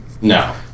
No